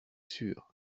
sûr